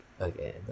okay